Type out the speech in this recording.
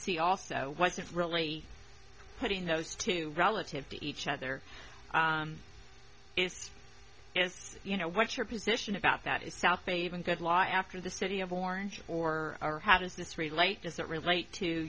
c also wasn't really putting those two relative to each other it's it's you know what your position about that is south even good law after the city of orange or or how does this relate does